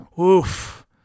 Oof